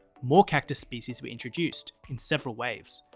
more cactus species were introduced, in several waves.